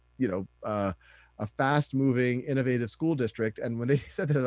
you know a fast moving innovative school district, and when they said this,